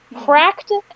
Practice